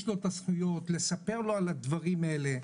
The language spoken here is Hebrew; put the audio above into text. לו את הזכויות לספר לו על הדברים האלה,